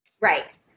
Right